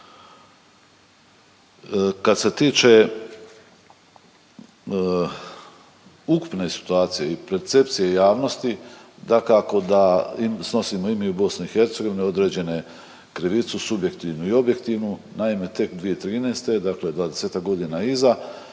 Kad se tiče ukupne situacije i u percepcije javnosti, dakako da snosimo i mi u BiH određene krivicu, subjektivnu i objektivnu. Naime, tek 2013., dakle 20-ak godina iza